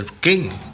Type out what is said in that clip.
king